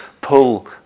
pull